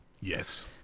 Yes